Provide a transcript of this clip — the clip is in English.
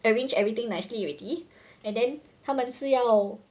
arrange everything nicely already and then 他们吃药 lor